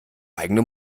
eigene